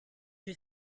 you